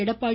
Edappadi